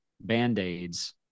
band-aids